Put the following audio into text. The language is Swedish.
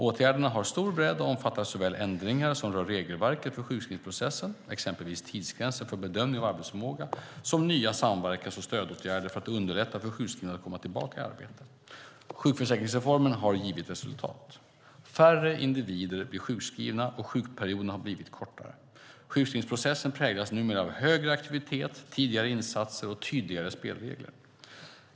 Åtgärderna har stor bredd och omfattar såväl ändringar som rör regelverket för sjukskrivningsprocessen, exempelvis tidsgränser för bedömning av arbetsförmåga, som nya samverkans och stödåtgärder för att underlätta för sjukskrivna att komma tillbaka i arbete. Sjukförsäkringsreformen har givit resultat. Färre individer blir sjukskrivna, och sjukperioderna har blivit kortare. Sjukskrivningsprocessen präglas numera av högre aktivitet, tidigare insatser och tydligare spelregler.